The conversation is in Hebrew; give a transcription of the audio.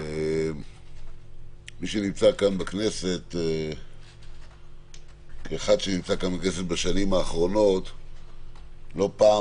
כאחד שנמצא כאן בכנסת בשנים האחרונות שמעתי שלא פעם